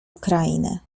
ukrainy